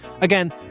Again